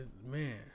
man